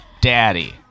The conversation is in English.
daddy